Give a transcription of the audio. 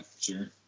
sure